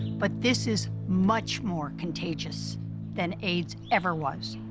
but this is much more contagious than aids ever was.